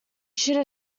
should